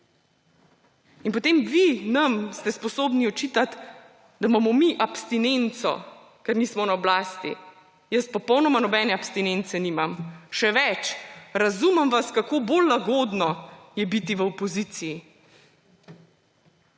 In potem ste vi nam sposobni očitati, da imamo mi abstinenco, ker nismo na oblasti! Jaz popolnoma nobene abstinence nimam; še več, razumem vas, kako bolj lagodno je biti v opoziciji.